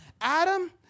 Adam